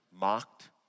mocked